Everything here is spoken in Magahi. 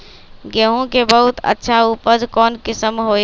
गेंहू के बहुत अच्छा उपज कौन किस्म होई?